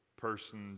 person